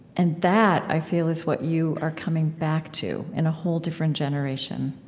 and that, i feel, is what you are coming back to, in a whole different generation,